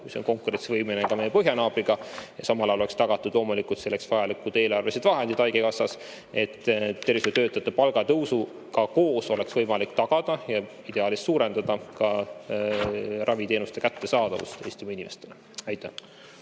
mis on konkurentsivõimeline ka meie põhjanaabriga, ja samal ajal oleks tagatud loomulikult selleks vajalikud eelarvelised vahendid haigekassas, et tervishoiutöötajate palgatõusuga koos oleks võimalik tagada ja ideaalis ka suurendada raviteenuste kättesaadavust Eestimaa inimestele. Aitäh!